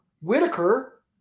Whitaker